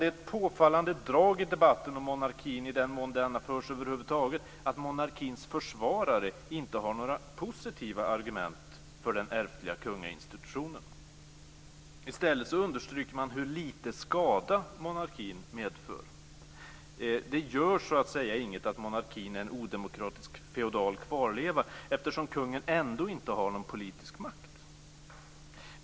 Det är ett påfallande drag i debatten om monarkin, i den mån denna förs över huvud taget, att monarkins försvarare inte har några positiva argument för den ärftliga kungainstitutionen. I stället understryker man hur lite skada monarkin medför! Det gör så att säga inget att monarkin är en odemokratisk feodal kvarleva, eftersom kungen ändå inte har någon politisk makt.